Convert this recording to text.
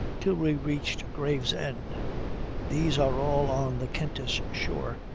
till we reached gravesend these are all on the kentish shore,